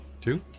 Two